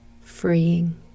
freeing